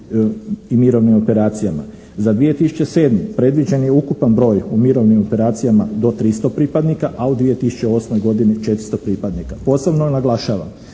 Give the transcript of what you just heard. Za 2007. predviđen je ukupan broj u mirovnim operacijama do 300 pripadnika, a u 2008. godini 400 pripadnika. Posebno naglašavam